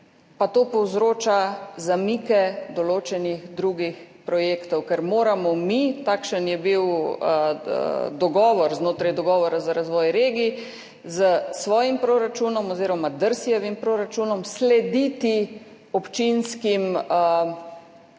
pa to povzroča zamike določenih drugih projektov, ker moramo mi, takšen je bil dogovor znotraj dogovora za razvoj regij, s svojim proračunom oziroma proračunom DRSI slediti občinskim željam